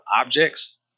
objects